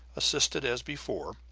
assisted as before,